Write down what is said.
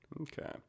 okay